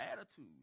attitude